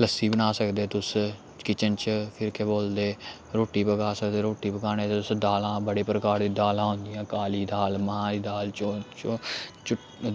लस्सी बना सकदे तुस किचन च फिर केह् बोलदे रोट्टी पका सकदे रोट्टी पकाने तुस दालां बड़े प्रकार दी दालां होंदियां काली दाल मांह् दी चौ चौल